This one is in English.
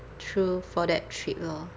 through for that trip lor